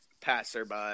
passerby